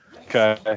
Okay